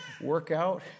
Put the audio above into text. workout